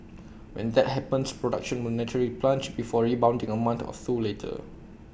when that happens production will naturally plunge before rebounding A month or two later